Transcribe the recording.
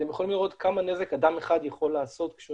אתם יכולים לראות כמה נזק אדם אחד יכול לעשות כשהוא